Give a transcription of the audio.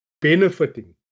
benefiting